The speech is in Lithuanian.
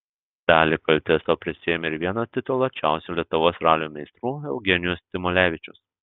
dalį kaltės sau prisiėmė ir vienas tituluočiausių lietuvos ralio meistrų eugenijus tumalevičius